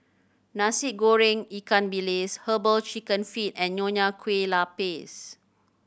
Nasi Goreng ikan bilis Herbal Chicken Feet and Nonya Kueh Lapis